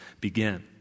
begin